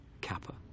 Kappa